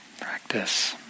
practice